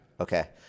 okay